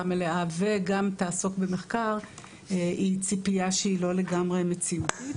מלאה וגם תעסוק במחקר היא ציפייה שהיא לא לגמרי מציאותית.